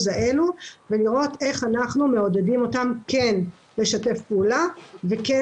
ולראות איך אנחנו מעודדים אותם כן לשתף פעולה וכן